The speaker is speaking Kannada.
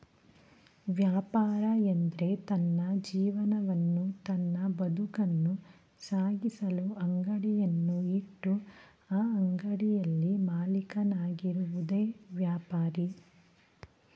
ವ್ಯಾಪಾರ ಎಂದ್ರೆ ತನ್ನ ಜೀವನವನ್ನು ತನ್ನ ಬದುಕನ್ನು ಸಾಗಿಸಲು ಅಂಗಡಿಯನ್ನು ಇಟ್ಟು ಆ ಅಂಗಡಿಯಲ್ಲಿ ಮಾಲೀಕನಾಗಿರುವುದೆ ವ್ಯಾಪಾರಿ